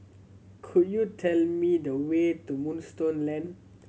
could you tell me the way to Moonstone Lane